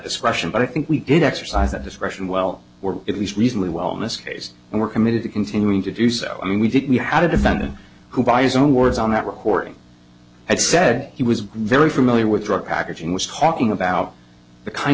discretion but i think we did exercise that discretion well we're at least recently well in this case and we're committed to continuing to do so and we did we had a defendant who by his own words on that recording had said he was very familiar with drug packaging was talking about the kinds